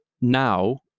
now